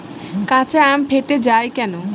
কাঁচা আম ফেটে য়ায় কেন?